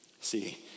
See